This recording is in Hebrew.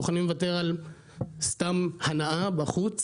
מוכנים לוותר על סתם הנאה בחוץ,